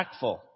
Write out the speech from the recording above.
impactful